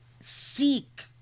seek